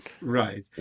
Right